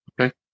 Okay